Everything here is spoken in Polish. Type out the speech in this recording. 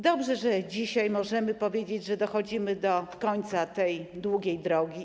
Dobrze, że dzisiaj możemy powiedzieć, że dochodzimy do końca tej długiej drogi.